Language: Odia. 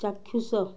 ଚାକ୍ଷୁଷ